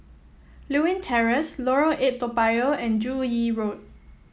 Lewin Terrace Lorong Eight Toa Payoh and Joo Yee Road